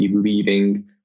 leading